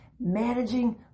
managing